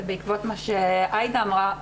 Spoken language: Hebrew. אבל בעקבות מה שעאידה אמרה,